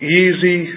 easy